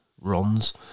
runs